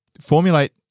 Formulate